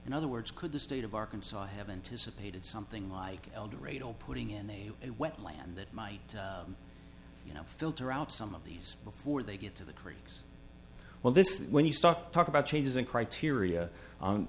in other words could the state of arkansas have anticipated something like elder rate or putting in a wetland that might you know filter out some of these before they get to the creeps well this when you stock talk about changes in criteria